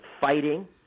fighting –